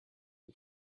own